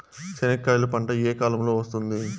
చెనక్కాయలు పంట ఏ కాలము లో వస్తుంది